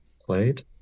played